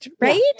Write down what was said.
Right